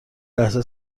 لحظه